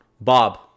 Bob